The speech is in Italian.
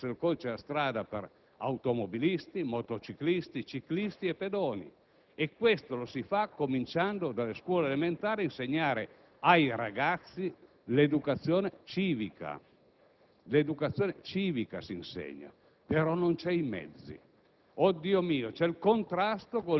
legge delle quattro ruote, delle automobili. Se questo è il codice della strada, deve esserlo per automobilisti, motociclisti, ciclisti e pedoni. Questo si fa cominciando dalle scuole elementari, insegnando ai ragazzi l'educazione civica.